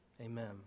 Amen